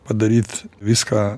padaryt viską